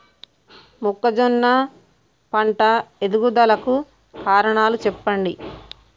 మొక్కజొన్న పంట ఎదుగుదల కు కారణాలు చెప్పండి?